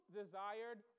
desired